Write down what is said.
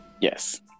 Yes